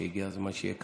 והגיע הזמן שיהיה קבוע.